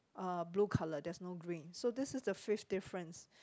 uh blue color there's no green so this is the fifth difference